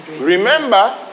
remember